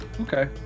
Okay